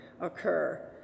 occur